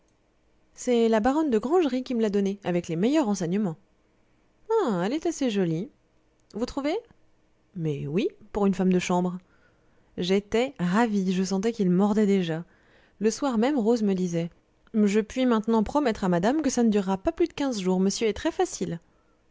c'est la baronne de grangerie qui me l'a donnée avec les meilleurs renseignements ah elle est assez jolie vous trouvez mais oui pour une femme de chambre j'étais ravie je sentais qu'il mordait déjà le soir même rose me disait je puis maintenant promettre à madame que ça ne durera pas plus de quinze jours monsieur est très facile